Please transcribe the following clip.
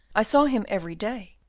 i saw him every day.